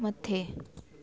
मथे